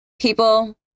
people